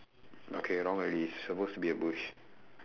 okay wrong already supposed to be a bush